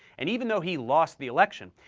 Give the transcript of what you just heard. and even though he lost the election,